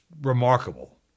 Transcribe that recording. remarkable